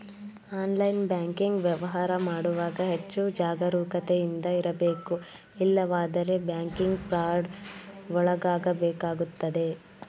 online banking ವ್ಯವಹಾರ ಮಾಡುವಾಗ ಹೆಚ್ಚು ಜಾಗರೂಕತೆಯಿಂದ ಇರಬೇಕು ಇಲ್ಲವಾದರೆ ಬ್ಯಾಂಕಿಂಗ್ ಫ್ರಾಡ್ ಒಳಗಾಗಬೇಕಾಗುತ್ತದೆ